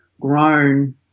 grown